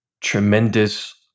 tremendous